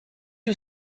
you